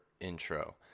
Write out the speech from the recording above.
intro